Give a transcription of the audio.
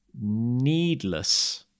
needless